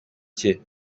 cye